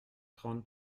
trente